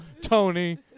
Tony